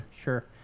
sure